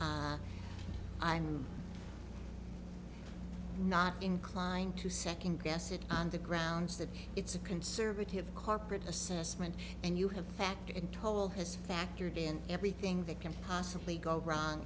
i'm not inclined to second guess it on the grounds that it's a conservative corporate assessment and you have factored in toll has factored in everything that can possibly go wrong